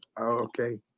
Okay